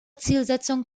zielsetzungen